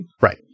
Right